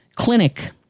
clinic